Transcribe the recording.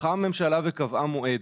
הלכה הממשלה וקבעה מועד,